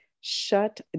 shut